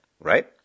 Right